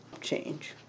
change